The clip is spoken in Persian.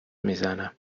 میزنم